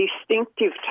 distinctive